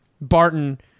Barton